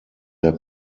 der